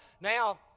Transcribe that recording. now